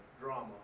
drama